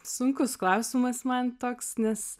sunkus klausimas man toks nes